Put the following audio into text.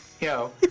Yo